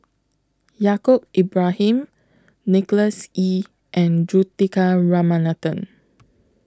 Yaacob Ibrahim Nicholas Ee and Juthika Ramanathan